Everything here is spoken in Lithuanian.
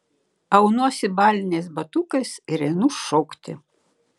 aunuosi baliniais batukais ir einu šokti